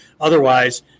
Otherwise